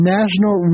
National